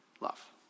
love